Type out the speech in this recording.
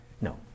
No